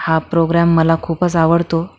हा प्रोग्रॅम मला खूपच आवडतो